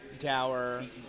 tower